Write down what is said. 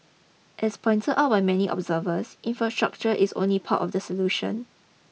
as pointer out by many observers infrastructure is only part of the solution